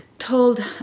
told